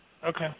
Okay